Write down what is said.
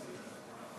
חבר הכנסת זוהר,